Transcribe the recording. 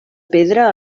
pedra